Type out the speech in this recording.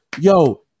yo